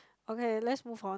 okay let's move on